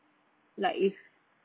like if